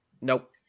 Nope